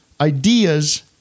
ideas